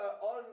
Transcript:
on